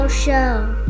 show